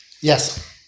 Yes